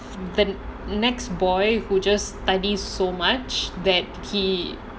the next boy who just study so much that he